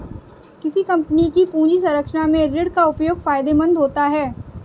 किसी कंपनी की पूंजी संरचना में ऋण का उपयोग फायदेमंद होता है